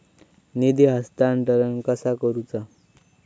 निधी हस्तांतरण कसा करुचा?